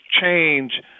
change